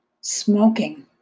smoking